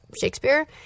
Shakespeare